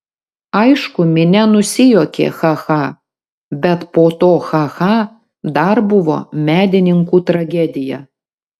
aišku minia nusijuokė cha cha bet po to cha cha dar buvo medininkų tragedija